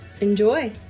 enjoy